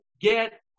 get